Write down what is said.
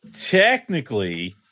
technically